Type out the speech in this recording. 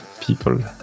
people